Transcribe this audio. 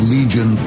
Legion